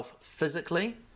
physically